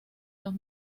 los